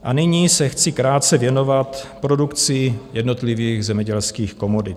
A nyní se chci krátce věnovat produkci jednotlivých zemědělských komodit.